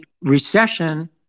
recession